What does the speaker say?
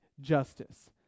justice